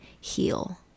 heal